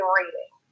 reading